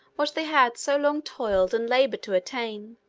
what they had so long toiled and labored to attain,